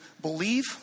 believe